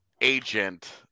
agent